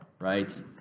right